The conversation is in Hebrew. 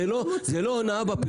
זו לא הונאה בפרסום?